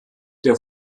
der